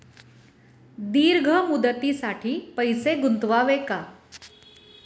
दीर्घ मुदतीसाठी पैसे गुंतवावे का?